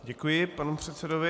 Děkuji panu předsedovi.